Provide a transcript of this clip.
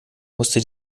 musste